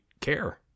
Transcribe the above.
care